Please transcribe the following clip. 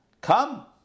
Come